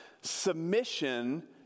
submission